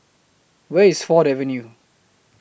Where IS Ford Avenue